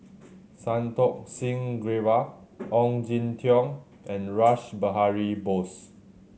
Santokh Singh Grewal Ong Jin Teong and Rash Behari Bose